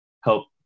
help